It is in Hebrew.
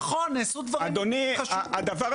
נכון, נעשו דברים חשובים.